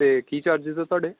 ਅਤੇ ਕੀ ਚਾਰਜਿਸ ਆ ਤੁਹਾਡੇ